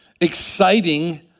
exciting